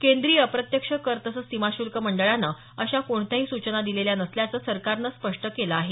केंद्रीय अप्रत्यक्ष कर तसंच सीमाशुल्क मंडळानं अशा कोणत्याही सूचना दिलेल्या नसल्याचं सरकारनं स्पष्ट केलं आहे